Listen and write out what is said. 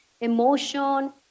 emotion